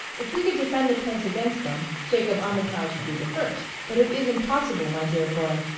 if we could defend the place against them, jacob armitage would be the first but it is impossible, my dear boy.